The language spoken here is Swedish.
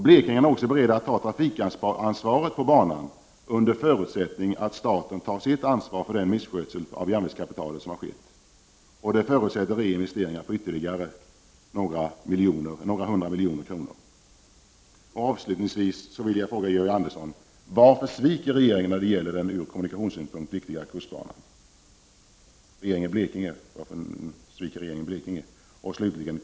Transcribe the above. Blekingarna är också beredda att ta trafikansvaret på banan under förutsättning att staten tar sitt ansvar för den misskötsel av järn vägskapitalet som har skett. Det förutsätter reinvesteringar på ytterligare några hundra miljoner kronor. Avslutningsvis vill jag fråga Georg Andersson: Varför sviker regeringen Blekinge när det gäller den ur kommunikationssynpunkt viktiga kustbanan?